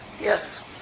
Yes